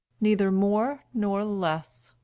neither more nor less.